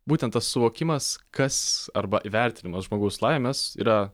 būtent tas suvokimas kas arba įvertinimas žmogaus laimės yra